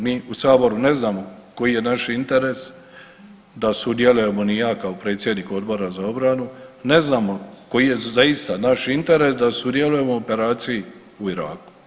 Mi u saboru ne znamo koji je naš interes da sudjelujemo, ni ja kao predsjednik Odbora za obranu, ne znamo koji je zaista naš interes da sudjelujemo u operaciji u Iraku.